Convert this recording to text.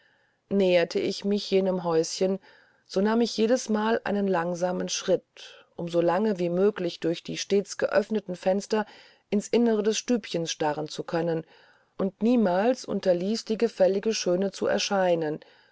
näherte ich mich jenem häuschen so nahm ich jedesmal einen langsamen schritt um so lange wie möglich durch die stets geöffneten fenster in's innere des stübchens starren zu können und niemals unterließ die gefällige schöne zu erscheinen